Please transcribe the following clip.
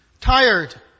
tired